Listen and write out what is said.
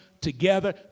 together